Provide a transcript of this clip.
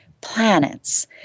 planets